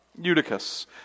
Eutychus